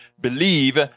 believe